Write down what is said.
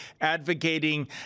advocating